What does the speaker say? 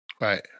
Right